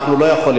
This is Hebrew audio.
אנחנו לא יכולים.